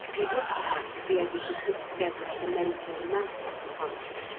he would perhaps be able to put together a mental map of the country,